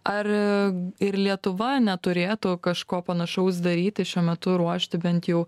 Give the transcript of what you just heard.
ar ir lietuva neturėtų kažko panašaus daryti šiuo metu ruošti bent jau